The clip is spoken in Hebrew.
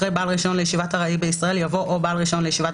אחרי "בעל רישיון לישיבת ארעי בישראל" יבוא "או בעל רישיון לישיבת